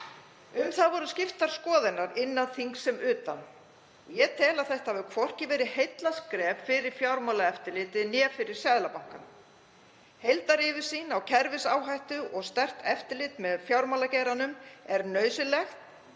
Um það voru skiptar skoðanir innan þings sem utan. Ég tel að þetta hafi hvorki verið heillaskref fyrir Fjármálaeftirlitið né Seðlabankann. Heildaryfirsýn á kerfisáhættu og sterkt eftirlit með fjármálageiranum er nauðsynlegt